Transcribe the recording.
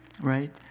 Right